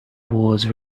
was